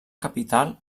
capital